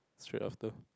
straight after